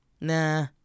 Nah